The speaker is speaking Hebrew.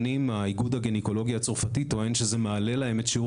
האיגוד הגניקולוגי הצרפתי טוען שזה מעלה להם את שיעור